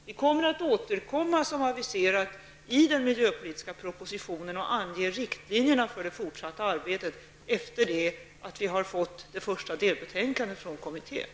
Vi kommer, som har aviserats, att återkomma i den miljöpolitiska propositionen och ange riktlinjerna för det fortsatta arbetet efter det att vi har fått det första delbetänkandet från kommittén.